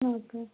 okay